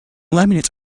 laminate